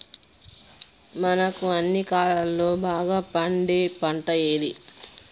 మనకు అన్ని కాలాల్లో బాగా పండే పంట ఏది?